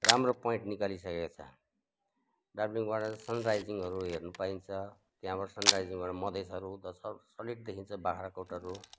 राम्रो पोइन्ट निकालिसकेको छ डाबलिङबाट सनराइजिङहरू हेर्नु पाइन्छ त्यहाँबाट सनराइजिङहरू मधेसहरू उँधो सोलिड देखिन्छ बाख्राकोटहरू